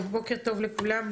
בוקר טוב לכולם.